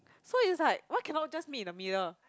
so is like what cannot just meet the middle